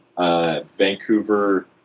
Vancouver